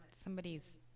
somebody's